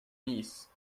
knees